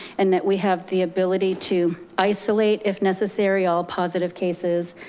and that we have the ability to isolate if necessary, all positive cases,